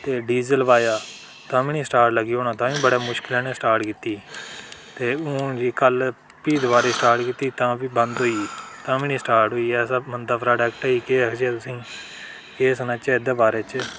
ते डीजल पाया ताम्मी नी स्टाट लगी होन बड़े मुश्कलै ने स्टाट कीती ते हून जी कल फ्ही दबारा स्टाट कीती तां बी बंद होई गेई ताम्मी नी स्टाट होई कोई ऐसा गन्दा प्रोडक्ट ऐ केह् आखचै तुसेंगी केह् सनाचै एह्दे बारे च